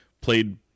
played